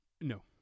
No